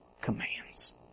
commands